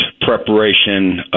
preparation